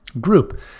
group